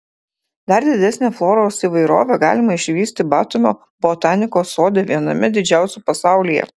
dar didesnę floros įvairovę galima išvysti batumio botanikos sode viename didžiausių pasaulyje